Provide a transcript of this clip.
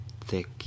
thick